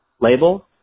label